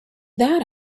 that